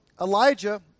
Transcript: Elijah